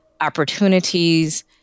opportunities